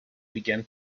began